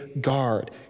guard